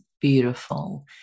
beautiful